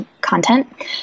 content